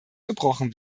gebrochen